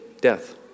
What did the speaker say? death